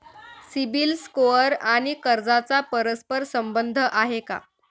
CIBIL score आणि कर्जाचा परस्पर संबंध आहे का?